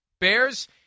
bears